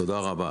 תודה רבה.